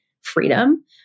freedom